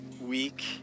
week